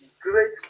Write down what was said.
great